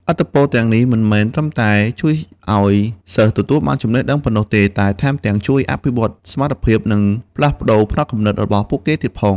ឥទ្ធិពលទាំងនេះមិនមែនត្រឹមតែជួយឲ្យសិស្សទទួលបានចំណេះដឹងប៉ុណ្ណោះទេ តែថែមទាំងជួយអភិវឌ្ឍសមត្ថភាព និងផ្លាស់ប្តូរផ្នត់គំនិតរបស់ពួកគេទៀតផង។